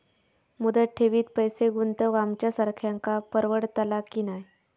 मुदत ठेवीत पैसे गुंतवक आमच्यासारख्यांका परवडतला की नाय?